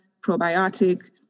probiotic